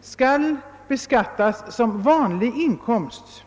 skall beskattas som vanlig inkomst.